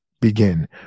begin